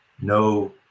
No